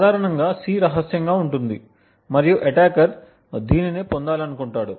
సాధారణంగా c రహస్యంగా ఉంటుంది మరియు అటాకర్ దీనినే పొందాలనుకుంటున్నాడు